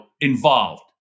involved